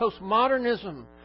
postmodernism